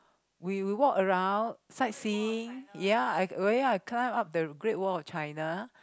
we we walk around sightseeing ya I really climb up the Great-Wall-of-China